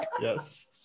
Yes